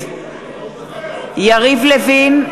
יריב לוין,